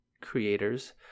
creators